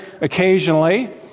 occasionally